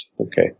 Okay